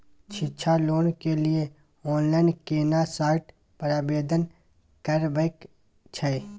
शिक्षा लोन के लिए ऑनलाइन केना साइट पर आवेदन करबैक छै?